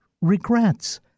Regrets